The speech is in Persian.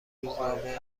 روزنامه